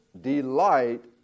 delight